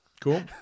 Cool